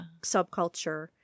subculture